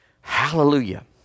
Hallelujah